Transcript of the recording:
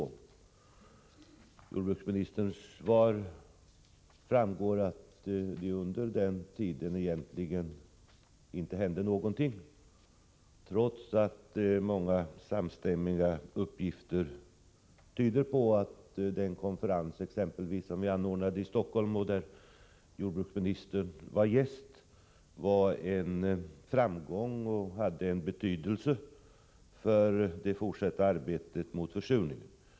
Av jordbruksministerns svar verkar det som det under den tiden egentligen inte hände någonting, trots att många samstämmiga uppgifter tyder på att exempelvis den konferens som vi anordnade i Stockholm och där jordbruksministern själv var gäst var en framgång och hade en betydelse för det fortsatta arbetet mot försurningen.